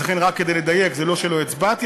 לכן, רק כדי לדייק, זה לא שלא הצבעתי.